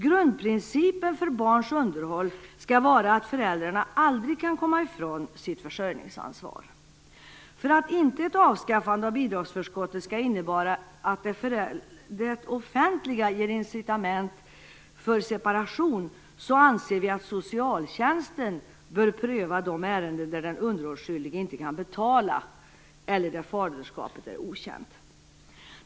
Grundprincipen för barns underhåll skall vara att föräldrarna aldrig kan komma ifrån sitt försörjningsansvar. För att inte ett avskaffande av bidragsförskottet skall innebära att det offentliga ger incitament för separation anser vi att socialtjänsten bör pröva de ärenden där den underhållsskyldige inte kan betala eller där faderskapet är okänt.